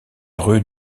rue